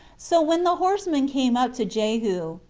so when the horseman came up to jehu,